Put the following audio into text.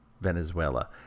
Venezuela